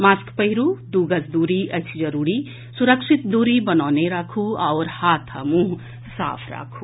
mask पहिरू दू गज दूरी अछि जरूरी सुरक्षित दूरी बनौने राखू आओर हाथ आ मुंह साफ राखू